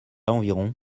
environ